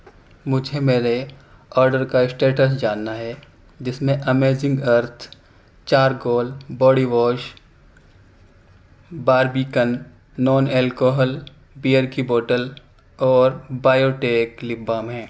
مجھے میرے آڈر کا اسٹیٹس جاننا ہے جس میں amazing earth charcoal body wash Barbican non alcohol beer کی بوتل اور بایوٹیک لپ بام ہیں